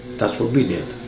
that's what we did.